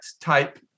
type